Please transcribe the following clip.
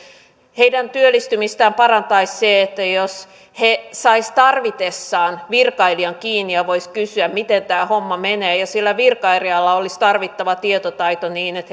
heidän työllistymistään parantaisi se jos he saisivat tarvitessaan virkailijan kiinni ja voisivat kysyä miten tämä homma menee ja sillä virkailijalla olisi tarvittava tietotaito niin että